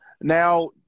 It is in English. Now